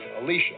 Alicia